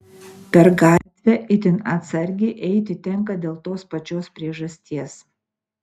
per gatvę itin atsargiai eiti tenka dėl tos pačios priežasties